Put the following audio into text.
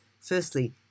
Firstly